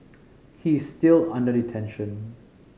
he is still under detention